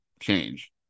change